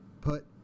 put